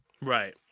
Right